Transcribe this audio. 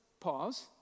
pause